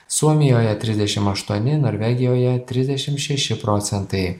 suomijoje tridešim aštuoni norvegijoje trisdešim šeši procentai